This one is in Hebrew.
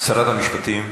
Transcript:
שרת המשפטים,